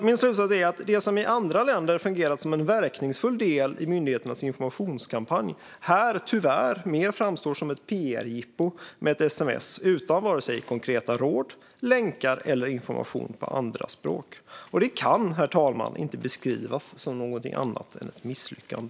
Min slutsats är att det som i andra länder fungerat som en verkningsfull del i myndigheternas informationskampanj tyvärr framstår mer som ett pr-jippo här, med ett sms utan vare sig konkreta råd, länkar eller information på andra språk. Det kan, herr talman, inte beskrivas som något annat än ett misslyckande.